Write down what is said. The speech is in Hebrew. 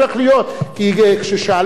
כי כששאלו אותה,